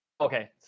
Okay